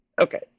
okay